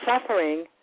suffering